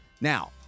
Now